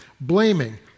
blaming